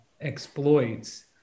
exploits